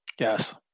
yes